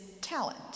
talent